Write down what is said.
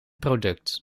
product